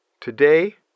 Today